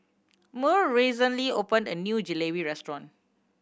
Murl recently opened a new Jalebi Restaurant